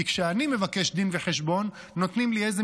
כי כשאני מבקש דין וחשבון נותנים לי איזה